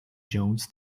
jones